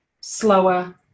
slower